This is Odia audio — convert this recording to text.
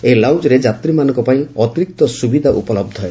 ଏହି ଲାଉଞ୍ରେ ଯାତ୍ରୀମାନଙ୍କପାଇଁ ଅତିରିକ୍ତ ସୁବିଧା ଉପଲହ୍ଧ ହେବ